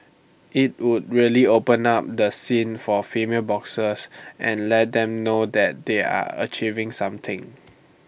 IT would really open up the scene for female boxers and let them know that they are achieving something